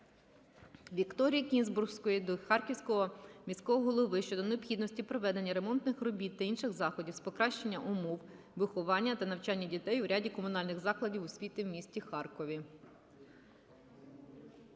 Вікторії Кінзбурської до Харківського міського голови щодо необхідності проведення ремонтних робіт та інших заходів з покращення умов виховання та навчання дітей в ряді комунальних закладів освіти у місті Харкові.